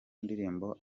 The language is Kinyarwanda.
ndirimbo